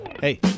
Hey